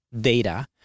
data